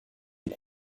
est